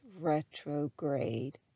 retrograde